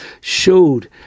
showed